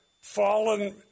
fallen